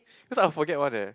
cause I'll forget one eh